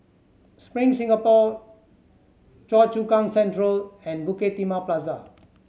Spring Singapore Choa Chu Kang Central and Bukit Timah Plaza